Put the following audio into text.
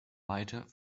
weiter